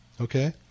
Okay